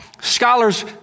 scholars